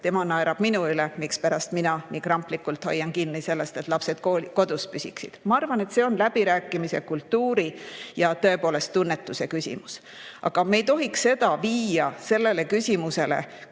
Tema naerab minu üle, mispärast mina nii kramplikult hoian kinni sellest, et lapsed kodus püsiksid. Ma arvan, see on läbirääkimise, kultuuri ja tõepoolest tunnetuse küsimus. Aga me ei tohiks seda viia sellele küsimusele,